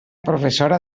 professora